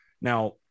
Now